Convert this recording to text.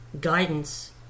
guidance